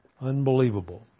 unbelievable